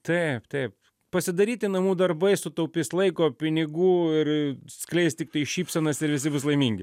taip taip pasidaryti namų darbai sutaupys laiko pinigų ir skleis tiktai šypsenas ir visi bus laimingi